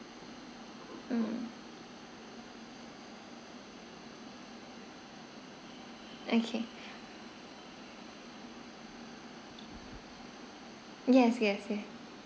mm okay yes yes